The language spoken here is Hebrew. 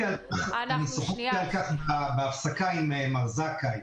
--- אני שוחחתי על כך בהפסקה עם מר זכאי,